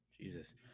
Jesus